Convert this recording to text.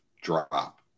drop